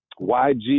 YG